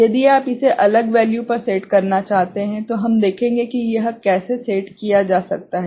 यदि आप इसे अलग वैल्यू पर सेट करना चाहते हैं तो हम देखेंगे कि इसे कैसे सेट किया जा सकता है